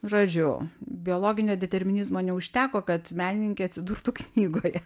žodžiu biologinio determinizmo neužteko kad menininkė atsidurtų knygoje